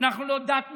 אנחנו לא דת מיסיונרית.